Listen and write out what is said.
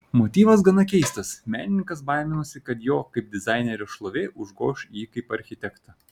motyvas gana keistas menininkas baiminosi kad jo kaip dizainerio šlovė užgoš jį kaip architektą